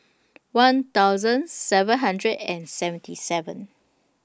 one thousand seven hundred and seventy seven